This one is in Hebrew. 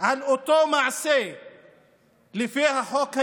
על אותו מעשה לפי החוק הישראלי,